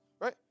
right